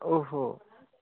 ओ हो